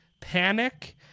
panic